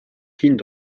hind